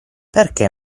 perché